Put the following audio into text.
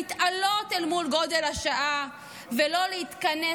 להתעלות אל מול גודל השעה ולא להתכנס